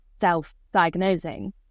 self-diagnosing